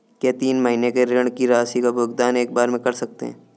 क्या तीन महीने के ऋण की राशि का भुगतान एक बार में कर सकते हैं?